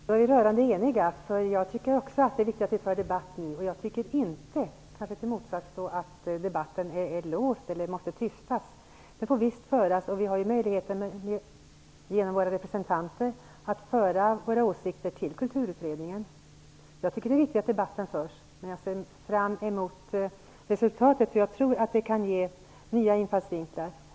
Herr talman! Då är vi rörande eniga. Jag tycker också att det är viktigt att vi för debatt nu. Jag tycker inte att debatten är låst eller måste tystas. Den får visst föras. Vi har ju möjligheter genom våra representanter att föra våra åsikter till Kulturutredningen. Jag tycker att det är viktigt att debatten förs. Jag ser fram emot resultatet för att jag tror att det kan ge nya infallsvinklar.